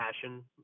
passion